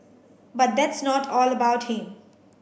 but that's not all about him